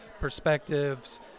perspectives